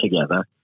together